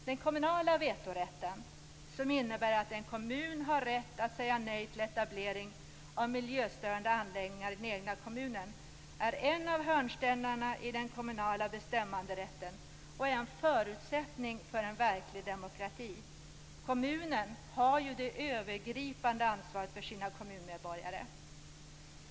Den kommunala vetorätten, som innebär att en kommun har rätt att säga nej till etablering av miljöstörande anläggningar i den egna kommunen, är en av hörnstenarna i den kommunala bestämmanderätten och är en förutsättning för en verklig demokrati. Kommunen har ju det övergripande ansvaret för sina kommunmedborgare.